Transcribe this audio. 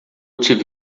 tive